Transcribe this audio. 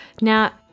Now